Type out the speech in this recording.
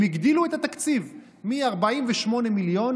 הם הגדילו את התקציב מ-48 מיליון,